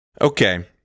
Okay